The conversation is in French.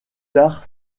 tard